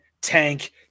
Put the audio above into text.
tank